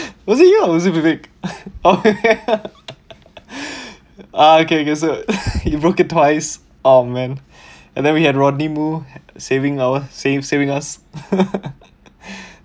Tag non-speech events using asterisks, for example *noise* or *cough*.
was it you or was it vivic oh ya *laughs* okay okay *laughs* so you broke it twice oh man and then we had rodney mo saving our saving saving us *laughs*